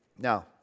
Now